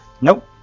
Nope